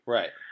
Right